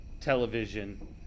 television